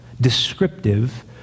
Descriptive